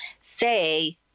say